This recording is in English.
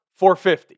450